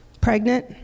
pregnant